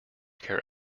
care